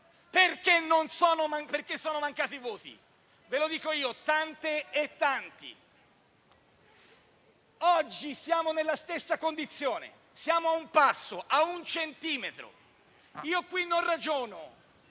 perché sono mancati i voti? Ve lo dico io: tante e tanti. Oggi siamo nella stessa condizione; siamo a un passo, a un centimetro. Qui non ragiono